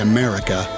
America